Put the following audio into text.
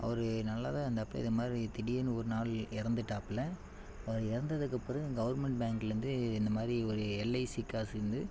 அவர் நல்லாதான் இருந்தாப்புல இதைமாரி திடீர்ன்னு ஒரு நாள் இறந்துட்டாப்புல அவர் இறந்ததுக்கு பிறகு கவெர்மெண்ட் பேங்க்லருந்து இந்தமாதிரி ஒரு எல்ஐசி காசுலிருந்து